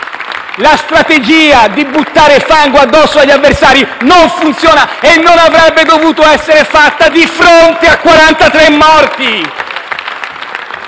La strategia di buttare fango addosso agli avversari non funziona e non avrebbe dovuto essere fatta di fronte a 43 morti.